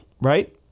Right